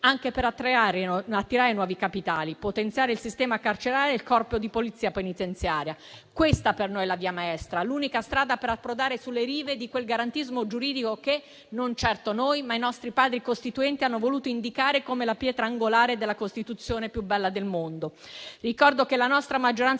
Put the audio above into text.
anche per attirare nuovi capitali; potenziamento del sistema carcerario e del Corpo di polizia penitenziaria. Questa per noi è la via maestra, l'unica strada per approdare sulle rive di quel garantismo giuridico che, non certo noi, ma i nostri Padri costituenti hanno voluto indicare come la pietra angolare della Costituzione più bella del mondo. Ricordo che la nostra maggioranza